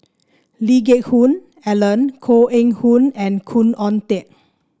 Lee Geck Hoon Ellen Koh Eng Hoon and Khoo Oon Teik